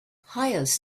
hires